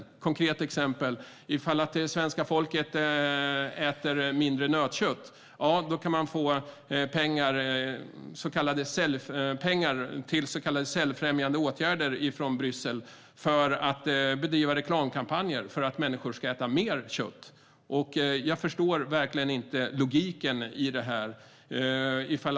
Ett konkret exempel: Om svenska folket äter mindre nötkött kan man få pengar från Bryssel till så kallade säljfrämjande åtgärder för att bedriva reklamkampanjer för att människor ska äta mer kött. Jag förstår verkligen inte logiken i detta.